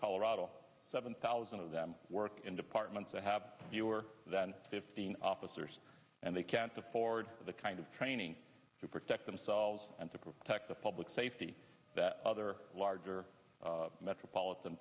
colorado seven thousand of them work in departments that have fewer than fifteen officers and they can't afford the kind of training to protect themselves and to protect the public safety that other larger metropolitan